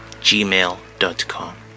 gmail.com